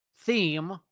theme